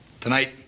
Tonight